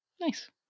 nice